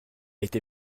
été